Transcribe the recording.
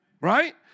Right